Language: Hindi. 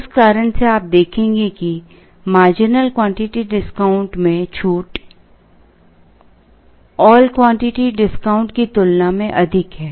उस कारण से आप देखेंगे कि मार्जिनल क्वांटिटी डिस्काउंट में छूट ऑल क्वांटिटी डिस्काउंट की तुलना में अधिक है